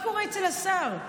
מה קורה אצל השר?